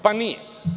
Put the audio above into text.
Pa nije.